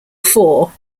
four